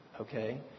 Okay